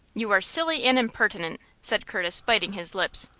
you are silly and impertinent, said curtis, biting his lips.